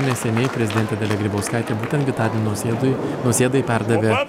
neseniai prezidentė dalia grybauskaitė būtent gitanui nausėdui nausėdai perdavė